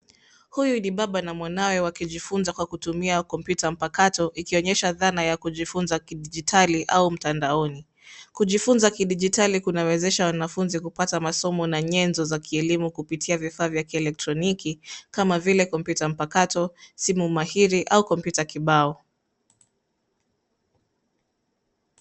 Huyu ni baba na mwanawe wakijifunza kwa kutumia kompyuta mpakato ikionyesha dhana ya kujifunza kidijitali au mtandaoni .Kujifunza kidijitali kunawezesha wanafunzi kupata masomo na nyezo za kielimu kupitia vifaa vya kieletroniki kama vile kompyuta mpakato, simu mahiri au kompyuta kibao.